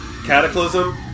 Cataclysm